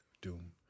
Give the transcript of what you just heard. Doom